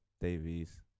davies